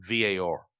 VAR